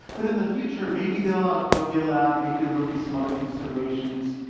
but in the future, maybe they'll outgrow gitlab. maybe there'll be some other considerations,